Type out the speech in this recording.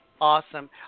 Awesome